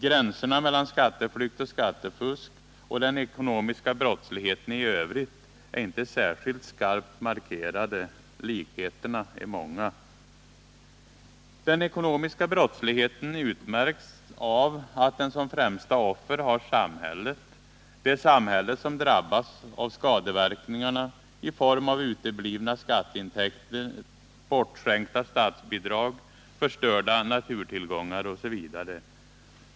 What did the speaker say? Gränserna mellan skatteflykt och skattefusk och den ekonomiska brottsligheten i övrigt är inte särskilt skarpt markerade. Likheterna är många. Den ekonomiska brottsligheten utmärks av att den som främsta offer har samhället. Det är samhället som drabbas av skadeverkningarna i form av uteblivna skatteintäkter, bortskänkta statsbidrag, förstörda naturtillgångar osv.